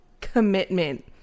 commitment